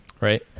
right